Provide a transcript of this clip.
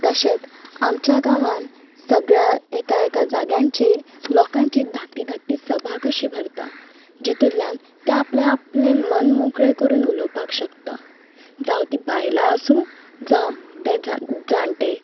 तशेंच आमच्या गांवान सगळ्या एका एका जाग्यांचेर लोकांची धाकटी धाकटी सभा कशी भरता जितुंतल्यान ते आपल्या आपलें मन मोकळें करून उलोवपाक शकता जावं तीं बायलां आसूं जावं ते झा जाण्टे